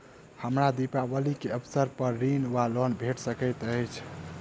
हमरा दिपावली केँ अवसर पर ऋण वा लोन भेट सकैत अछि?